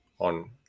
on